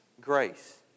grace